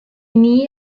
ini